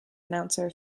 announcer